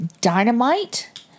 Dynamite